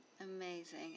Amazing